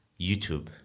YouTube